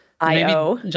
IO